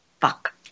fuck